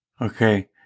okay